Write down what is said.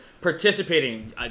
participating